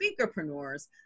speakerpreneurs